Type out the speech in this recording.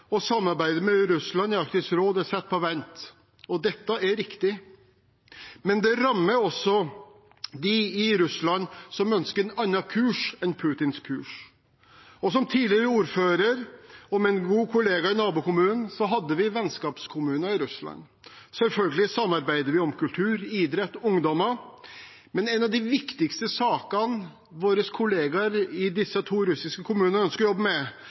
med Russland i Arktisk råd er satt på vent. Dette er riktig, men det rammer også dem i Russland som ønsker en annen kurs enn Putins kurs. Som tidligere ordfører, og med en god kollega i nabokommunen, så hadde vi vennskapskommuner i Russland. Selvfølgelig samarbeider vi om kultur, idrett og ungdommer, men en av de viktigste sakene våre kollegaer i disse to russiske kommunene ønsker å jobbe med,